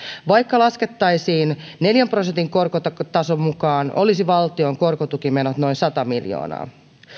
vaikka laskettaisiin neljän prosentin korkotason mukaan olisivat valtion korkotukimenot noin sata miljoonaa